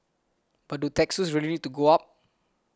but do taxes really need to go up